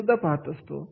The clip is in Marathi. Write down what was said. हेसुद्धा पाहत असतो